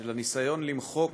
של הניסיון למחוק